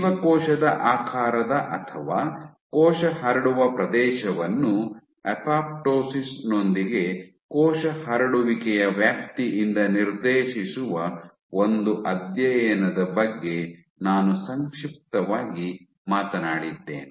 ಜೀವಕೋಶದ ಆಕಾರದ ಅಥವಾ ಕೋಶ ಹರಡುವ ಪ್ರದೇಶವನ್ನು ಅಪೊಪ್ಟೋಸಿಸ್ ನೊಂದಿಗೆ ಕೋಶ ಹರಡುವಿಕೆಯ ವ್ಯಾಪ್ತಿಯಿಂದ ನಿರ್ದೇಶಿಸುವ ಒಂದು ಅಧ್ಯಯನದ ಬಗ್ಗೆ ನಾನು ಸಂಕ್ಷಿಪ್ತವಾಗಿ ಮಾತನಾಡಿದ್ದೇನೆ